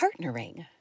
partnering